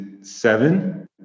seven